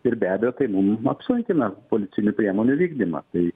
ir be abejo tai mum apsunkina policinių priemonių vykdymą tai